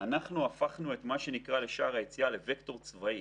הפכנו את שער היציאה לווקטור צבאי.